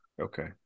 Okay